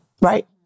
Right